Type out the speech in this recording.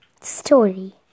story